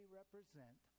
represent